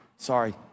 Sorry